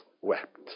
wept